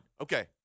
Okay